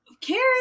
karen